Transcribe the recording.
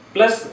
Plus